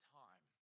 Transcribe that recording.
time